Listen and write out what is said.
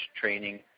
training